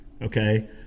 okay